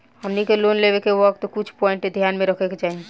हमनी के लोन लेवे के वक्त कुछ प्वाइंट ध्यान में रखे के चाही